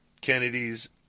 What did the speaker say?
Kennedys